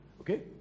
Okay